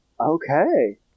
Okay